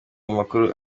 amakuru